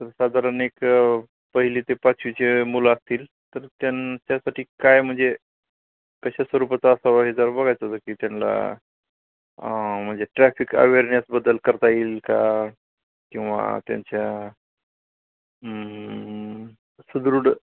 तर साधारण एक पहिली ते पाचवीचे मुलं असतील तर त्यां त्यासाठी काय म्हणजे कशा स्वरूपाचा असावा हे जरा बघायचं होतं की त्यांना म्हणजे ट्रॅफिक अवेअरनेसबद्दल करता येईल का किंवा त्यांच्या सुदृढ